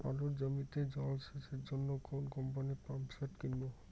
আলুর জমিতে জল সেচের জন্য কোন কোম্পানির পাম্পসেট কিনব?